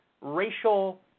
racial